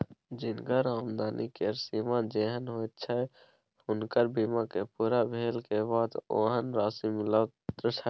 जिनकर आमदनी केर सीमा जेहेन होइत छै हुनकर बीमा के पूरा भेले के बाद ओहेन राशि मिलैत छै